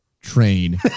train